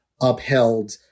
upheld